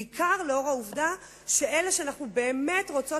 בעיקר לאור העובדה שאלה שאנחנו באמת רוצות